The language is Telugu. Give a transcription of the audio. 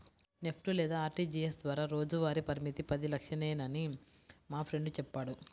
నెఫ్ట్ లేదా ఆర్టీజీయస్ ద్వారా రోజువారీ పరిమితి పది లక్షలేనని మా ఫ్రెండు చెప్పాడు